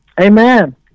Amen